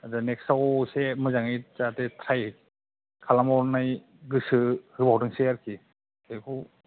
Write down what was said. नेक्स्तआव एसे मोजाङै जाहाथे ट्राइ खालामबावनाय गोसो होबावथोंसै आरोखि बेखौ